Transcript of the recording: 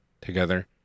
together